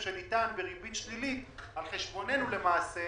שניתן בריבית שלילית על חשבוננו למעשה,